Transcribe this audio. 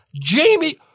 Jamie